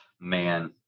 man